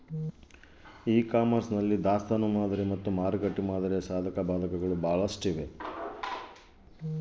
E commerce ನಲ್ಲಿ ದಾಸ್ತನು ಮಾದರಿ ಮತ್ತು ಮಾರುಕಟ್ಟೆ ಮಾದರಿಯ ಸಾಧಕಬಾಧಕಗಳು ಯಾವುವು?